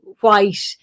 white